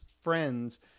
friends